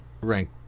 Rank